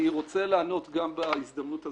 אני רוצה לענות גם בהזדמנות הזאת,